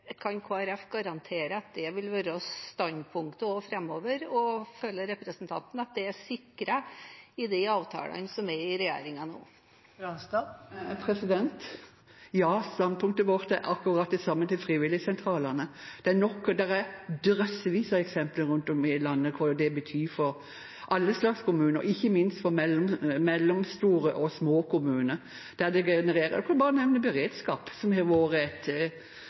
Kan Kristelig Folkeparti garantere at det vil være standpunktet også framover, og føler representanten at det er sikret i de avtalene som er inngått i regjeringen nå? Ja, standpunktet vårt om frivilligsentralene er akkurat det samme. Det er drøssevis av eksempler rundt om i landet på hva de betyr for alle slags kommuner, ikke minst for mellomstore og små kommuner, der de genererer bl.a. beredskap, som har vært et